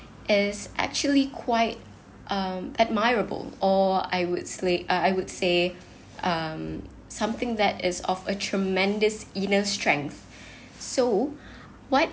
is actually quite um admirable or I would say I would say um something that is of a tremendous inner strength so what